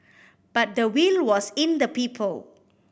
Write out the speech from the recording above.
but the will was in the people